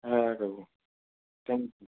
হ্যাঁ কাকু thank you